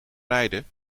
rijden